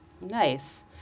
Nice